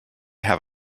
have